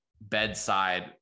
bedside